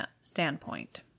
standpoint